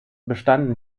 bestanden